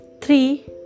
three